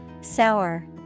Sour